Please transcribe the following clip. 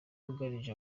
byugarije